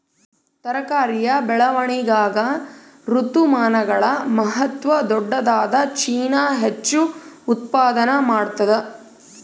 ತರಕಾರಿಯ ಬೆಳವಣಿಗಾಗ ಋತುಮಾನಗಳ ಮಹತ್ವ ದೊಡ್ಡದಾದ ಚೀನಾ ಹೆಚ್ಚು ಉತ್ಪಾದನಾ ಮಾಡ್ತದ